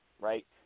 right